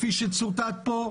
כפי שצוטט פה?